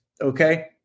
okay